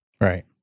right